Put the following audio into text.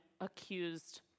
accused